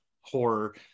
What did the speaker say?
horror